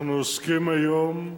אנחנו עוסקים היום,